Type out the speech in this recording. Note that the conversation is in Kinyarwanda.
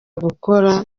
gukora